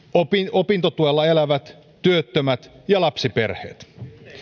opintotuella elävät opiskelijat työttömät ja lapsiperheet